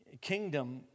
kingdom